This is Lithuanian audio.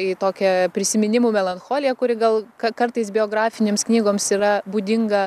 į tokią prisiminimų melancholiją kuri gal ka kartais biografinėms knygoms yra būdinga